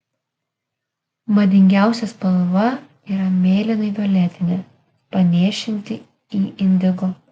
madingiausia spalva yra mėlynai violetinė panėšinti į indigo